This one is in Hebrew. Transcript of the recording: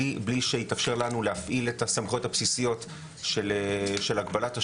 שמאפשר לנו להפעיל את הסמכויות הבסיסיות של הגבלת השהייה,